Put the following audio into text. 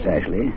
Ashley